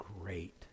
great